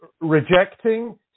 rejecting